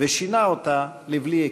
ושינה אותה לבלי הכר.